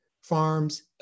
farms